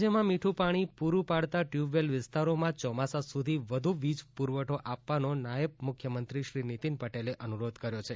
રાજ્યમાં મીઠુ પાણી પૂરૂ પાડતાં ટ્યૂબવેલ વિસ્તારોમાં ચોમાસા સુધી વધુ વીજ પૂરવઠો આપવાનો નાયબ મુખ્યમંત્રી શ્રી નીતિન પટેલે અનુરોધ કર્યો છે